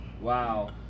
wow